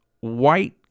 white